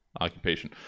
occupation